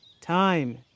Time